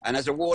אבל הם עדיין